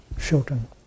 children